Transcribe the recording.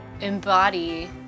embody